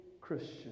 Christian